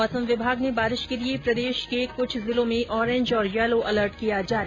मौसम विभाग ने बारिश के लिए प्रदेश के कुछ जिलों में ओरेंज और यलो अलर्ट किया जारी